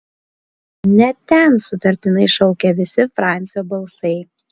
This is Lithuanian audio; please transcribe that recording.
ne ten sutartinai šaukė visi francio balsai